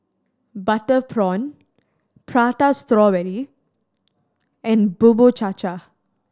butter prawn Prata Strawberry and Bubur Cha Cha